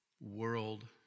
world